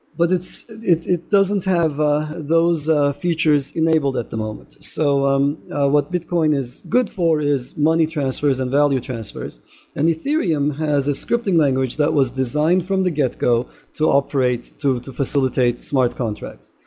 but it it doesn't have ah those ah features enabled at the moment. so um what bitcoin is good for is money transfers and value transfers and ethereum has a scripting language that was designed from the get-go to operate, to to facilitate smart contracts.